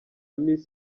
miss